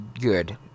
good